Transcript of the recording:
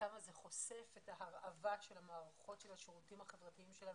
כמה זה חושף את ההרעבה של המערכות של השירותים החברתיים שלנו.